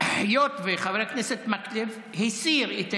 היות שחבר הכנסת מקלב הסיר את ההסתייגות,